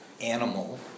animal